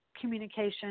communication